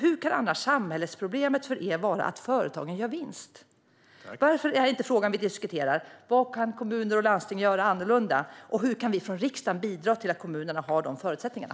Hur kan annars samhällsproblemet för er vara att företagen gör vinst? Varför är inte frågan vi diskuterar vad kommuner och landsting kan göra annorlunda och hur vi från riksdagen kan bidra till att de har de förutsättningarna.